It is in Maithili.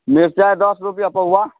मिरचाइ दस रुपैए पौआ